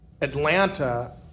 Atlanta